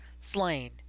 slain